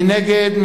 מי נגד?